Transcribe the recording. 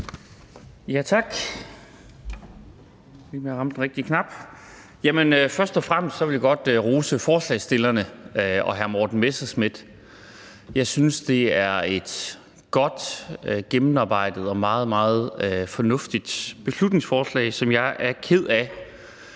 Tak. Først og fremmest vil jeg godt rose forslagsstillerne og hr. Morten Messerschmidt. Jeg synes, det er et godt, gennemarbejdet og meget, meget fornuftigt beslutningsforslag, som jeg er ked af